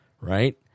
right